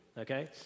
Okay